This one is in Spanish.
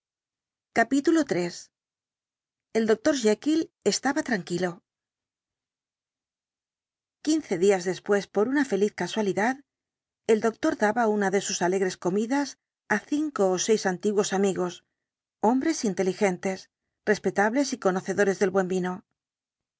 el dr jekyll estaba tranquilo quince días después por una feliz casualidad el doctor daba una de sus alegres comidas á cinco ó seis antiguos amigos hombres inteligentes respetables y conocedores del buen vino